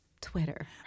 Twitter